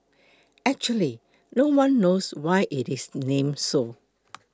actually no one knows why it is name so